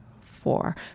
four